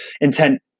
intent